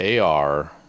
AR